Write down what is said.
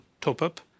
top-up